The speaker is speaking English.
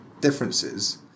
differences